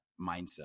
mindset